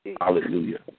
Hallelujah